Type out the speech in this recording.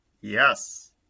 Yes